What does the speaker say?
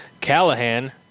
Callahan